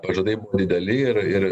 pažadai buvo dideli ir ir